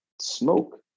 smoke